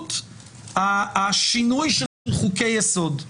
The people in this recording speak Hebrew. קלות השינוי של חוקי היסוד.